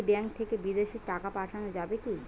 এই ব্যাঙ্ক থেকে বিদেশে টাকা পাঠানো যাবে কিনা?